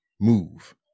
move